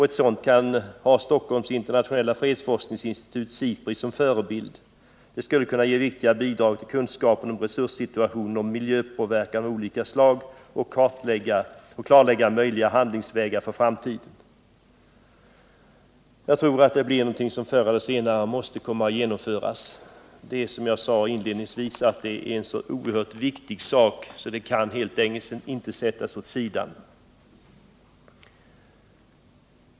Ett sådant kan ha Stockholms internationella fredsforskningsinstitut SIPRI som förebild. Det skulle kunna ge viktiga bidrag till kunskapen om resurssituationen och om miljöpåverkan av olika slag samt klarlägga möjliga handlingsvägar för framtiden.” Jag tror att det är någonting som förr eller senare måste genomföras. Som jag sade inledningsvis är det en så oerhört viktig sak att den helt enkelt inte kan sättas åt sidan.